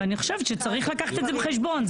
ואני חושבת שצריך לקחת את זה בחשבון.